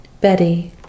Betty